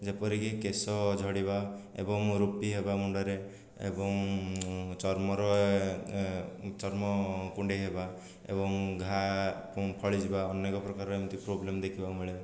ଯେପରିକି କେଶ ଝଡ଼ିବା ଏବଂ ରୂପୀ ହେବା ମୁଣ୍ଡରେ ଏବଂ ଚର୍ମର ଚର୍ମ କୁଣ୍ଡେଇ ହେବା ଏବଂ ଘା ଫଳିଯିବା ଅନେକ ପ୍ରକାରର ଏମିତି ପ୍ରୋବ୍ଲେମ୍ ଦେଖିବାକୁ ମିଳେ